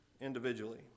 individually